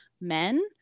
men